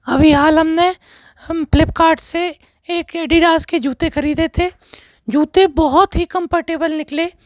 अभी हाल हमने हम फ्लिपकार्ट से एक एडीडास के जूते खरीदे थे जूते बहुत ही कम्पर्टेबल निकले